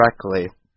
correctly